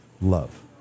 love